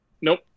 Nope